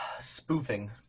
Spoofing